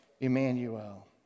Emmanuel